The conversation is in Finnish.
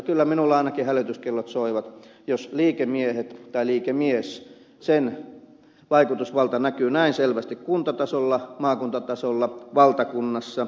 kyllä minulla ainakin hälytyskellot soivat jos liikemiesten tai liikemiehen vaikutusvalta näkyy näin selvästi kuntatasolla maakuntatasolla valtakunnassa